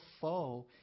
foe